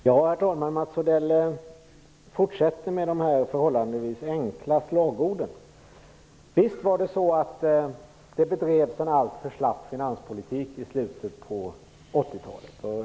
Herr talman! Mats Odell fortsätter med de förhållandevis enkla slagorden. Visst var det så att det bedrevs en alltför slapp finanspolitik i slutet av 80 talet.